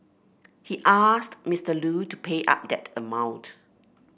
he asked Mister Lu to pay up that amount